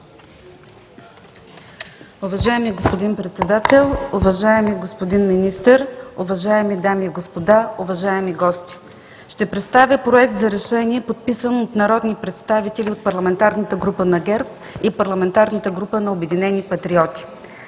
Уважаеми господин Председател, уважаеми господин Министър, уважаеми дами и господа, уважаеми гости! Ще представя Проект за решение, подписан от народни представители от парламентарната група на ГЕРБ и парламентарната група на „Обединени патриоти“.